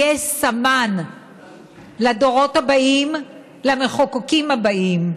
יהיה סמן לדורות הבאים, למחוקקים הבאים.